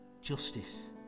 justice